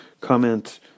comment